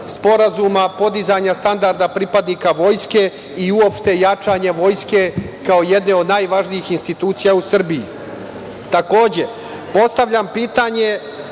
sporazuma, podizanja standarda pripadnika Vojske i uopšte jačanja Vojske, kao jedne od najvažnijih institucija u Srbiji. Takođe, postavljam pitanje